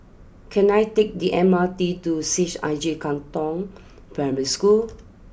can I take the M R T to C H I J Katong Primary School